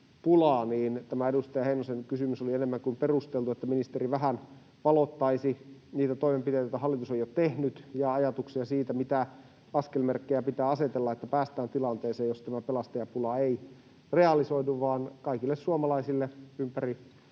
tämä edustaja Heinosen kysymys oli enemmän kuin perusteltu, että ministeri vähän valottaisi niitä toimenpiteitä, joita hallitus on jo tehnyt, ja ajatuksia siitä, mitä askelmerkkejä pitää asetella, jotta päästään tilanteeseen, jossa tämä pelastajapula ei realisoidu vaan kaikille suomalaisille ympäri